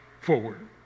forward